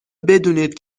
بدونید